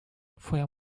vorher